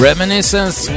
Reminiscence